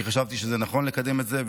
כי חשבתי שזה נכון לקדם את זה,